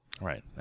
Right